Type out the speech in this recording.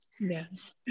Yes